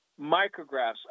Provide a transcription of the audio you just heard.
micrographs